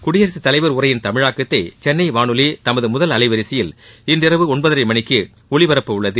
குடியரசு தலைவர் உரையின் தமிழாக்கத்தை சென்னை வானொலி தனது முதல் அலைவரிசையில் இன்றிரவு ஒன்பதரை மணிக்கு ஒலிபரப்ப உள்ளது